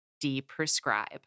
de-prescribe